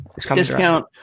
Discount